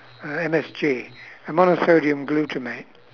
uh M_S_G monosodium glutamate